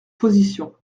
position